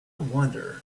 wonder